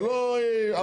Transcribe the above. ולא ארבעה חודשים.